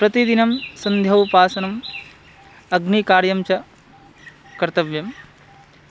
प्रतिदिनं सन्ध्योपासनम् अग्निकार्यं च कर्तव्यम्